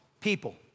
people